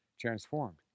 transformed